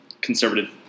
conservative